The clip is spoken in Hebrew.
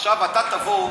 עכשיו אתה תבוא,